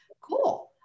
Cool